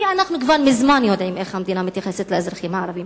כי אנחנו כבר מזמן יודעים איך המדינה מתייחסת לאזרחים הערבים.